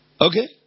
Okay